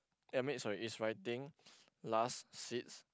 I mean sorry is writing last seats